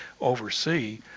oversee